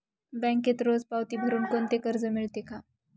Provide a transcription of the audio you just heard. बँकेत रोज पावती भरुन कोणते कर्ज मिळते का?